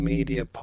Media